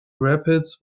rapids